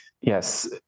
yes